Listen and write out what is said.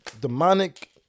demonic